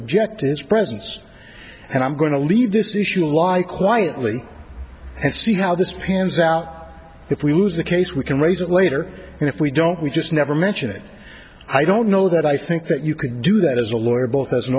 his presence and i'm going to leave this issue like quietly and see how this pans out if we lose the case we can raise it later and if we don't we just never mention it i don't know that i think that you could do that as a lawyer both as an